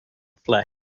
flesh